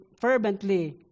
fervently